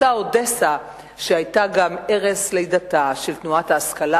אותה אודסה שהיתה גם ערש לידתה של תנועת ההשכלה